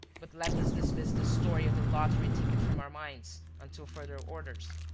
but let us dismiss the story of the lottery-ticket from our minds, until further orders,